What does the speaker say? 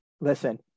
Listen